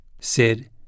Sid